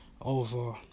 over